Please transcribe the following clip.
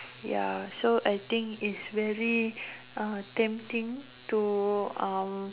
ya so I think is very uh tempting to uh